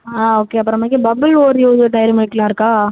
ஆ okay அப்பறமேக்கி bubble Oreo இது dairy மில்க்லாம் இருக்கா